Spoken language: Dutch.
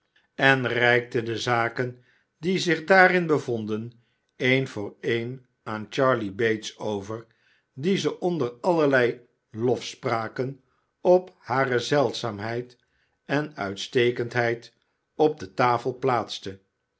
en reikte de zaken die zich daarin bevonden een voor een aan charley bates over die ze onder allerlei lofspraken op hare zeldzaamheid en uitstekendheid op de tafel plaatste